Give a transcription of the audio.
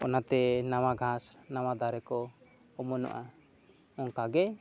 ᱚᱱᱟ ᱛᱮ ᱱᱟᱣᱟ ᱜᱷᱟᱸᱥ ᱱᱟᱣᱟ ᱫᱟᱨᱮ ᱠᱚ ᱚᱢᱚᱱᱚᱜᱼᱟ ᱚᱱᱠᱟ ᱜᱮ